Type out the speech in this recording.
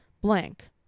blank